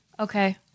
Okay